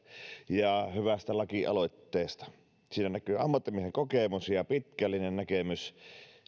ja hyvästä lakialoitteesta siinä näkyy ammattimiehen kokemus ja pitkällinen näkemys